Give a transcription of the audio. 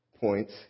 points